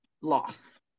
loss